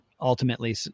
ultimately